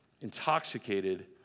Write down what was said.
intoxicated